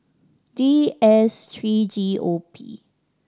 D S three G O P